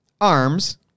arms